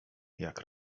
jak